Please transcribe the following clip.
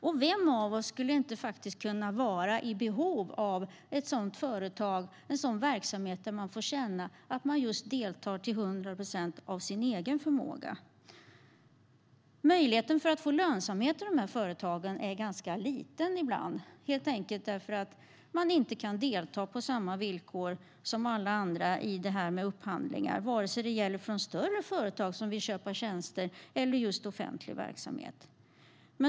Och vem av oss skulle inte kunna vara i behov av ett sådant företag, en sådan verksamhet, där man får känna att man deltar till 100 procent av sin egen förmåga? Möjligheten att få lönsamhet i de här företagen är ibland ganska liten, då man helt enkelt inte kan delta på samma villkor som alla andra i upphandlingar, vare sig det gäller större företag som vill köpa tjänster eller offentlig verksamhet.